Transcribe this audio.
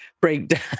breakdown